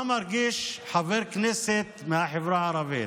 מה מרגיש חבר כנסת מהחברה הערבית.